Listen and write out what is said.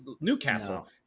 newcastle